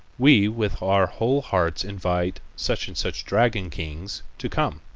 we with our whole heart invite such and such dragon kings to come.